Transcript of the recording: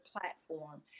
platform